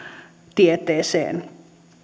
tieteeseen